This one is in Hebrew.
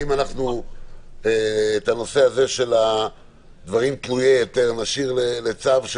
השאלה אם הנושא הזה של דברים תלויי היתר נשאיר לצו?